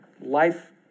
life